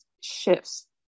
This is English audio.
shifts